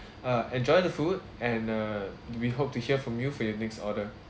uh enjoy the food and uh we hope to hear from you for your next order